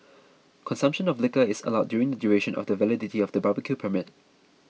consumption of liquor is allowed during the duration of the validity of the barbecue permit